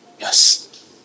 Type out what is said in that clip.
Yes